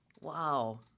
Wow